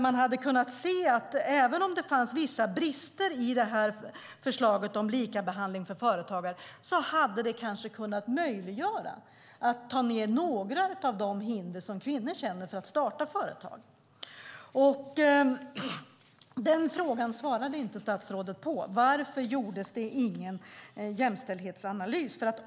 Man hade kunnat se att även om det fanns vissa brister i förslaget om likabehandling av företagare hade det kanske varit möjligt att ta med några av de hinder som kvinnor upplever för att starta företag. Statsrådet svarade inte på frågan varför det inte gjordes någon jämställdhetsanalys.